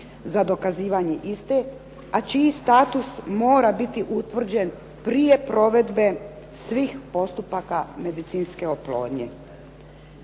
za dokazivanje iste, a čiji status mora biti utvrđen prije provedbe svih postupaka medicinske oplodnje.